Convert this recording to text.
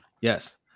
Yes